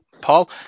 Paul